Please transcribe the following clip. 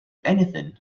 anything